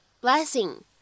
blessing